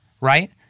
right